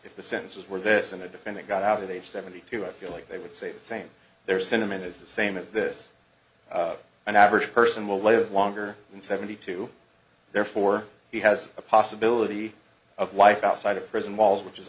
if the sentences were this in a defendant got out at age seventy two i feel like they would say the same there sentiment is the same as this an average person will live longer than seventy two therefore he has a possibility of life outside the prison walls which is